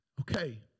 Okay